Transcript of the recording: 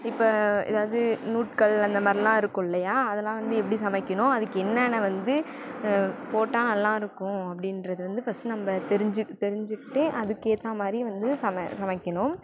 இப்போ எதாவது நூட்கள் அந்த மாதிரிலாம் இருக்கும் இல்லையா அதெலாம் வந்து எப்படி சமைக்கணும் அதுக்கு என்னென்ன வந்து போட்டால் நல்லாயிருக்கும் அப்படின்றது வந்து ஃபஸ்ட்டு நம்ம தெரிஞ்சி தெரிஞ்சிக்கிட்டு அதுக்கு ஏற்ற மாதிரி வந்து சம சமைக்கணும்